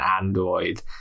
Android